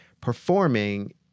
performing